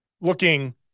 looking